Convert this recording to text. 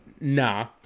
Nah